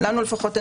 לנו לפחות,